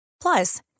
Plus